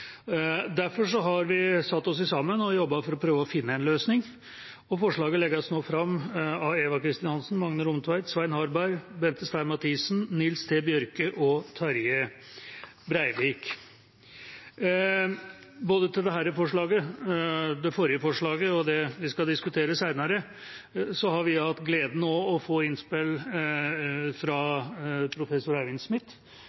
Derfor har vi satt oss sammen og jobbet for å prøve å finne en løsning, og forslaget legges nå fram av Eva Kristin Hansen, Magne Rommetveit, Svein Harberg, Bente Stein Mathisen, Nils T. Bjørke, Terje Breivik og meg selv. Både til dette forslaget, det forrige forslaget og det vi skal diskutere senere, har vi hatt gleden av å få innspill fra professor Eivind Smith.